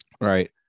Right